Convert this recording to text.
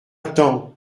t’en